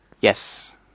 Yes